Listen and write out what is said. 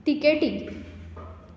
तिकेटी